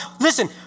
Listen